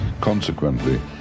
Consequently